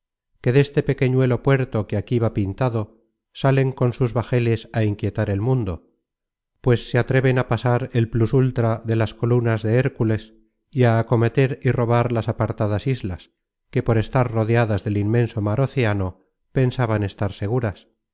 que deste pequeñuelo puerto que aquí va pintado salen con sus bajeles á inquietar el mundo pues se atreven á pasar el plus ultra de las colunas de hércules y á acometer y robar las apartadas islas que por estar rodeadas del inmenso mar océano pensaban estar seguras á